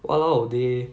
!walao! they